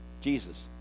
Jesus